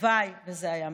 הלוואי שזה היה מיותר,